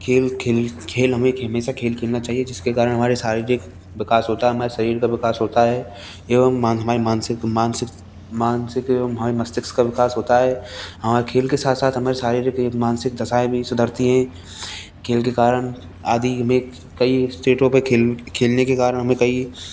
खेल खेल हमें हमेशा खेल खेलना चाहिए जिसके कारण हमारे शारीरिक विकास होता है हमारे शरीर का विकास होता है एवं हमारे मानसिक एवं हमारे मस्तिष्क का विकास होता है खेल के साथ साथ हमारे शारीरिक मानसिक दशाएँ भी सुधरती हैं खेल के कारण आदि में कई स्टेटों पर खेलने के कारण हमें कई